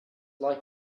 like